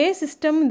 system